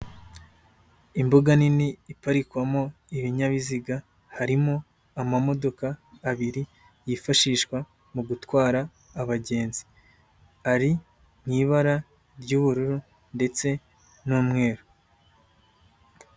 imbuga nini iparikwamo ibinyabiziga, harimo amamodoka abiri, yifashishwa mu gutwara abagenzi, ari mu ibara ry'ubururu ndetse n'umweru.